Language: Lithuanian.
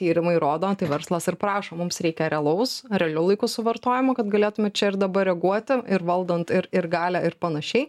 tyrimai rodo tai verslas ir prašo mums reikia realaus realiu laiku suvartojimo kad galėtume čia ir dabar reaguoti ir valdant ir ir galią ir panašiai